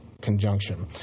conjunction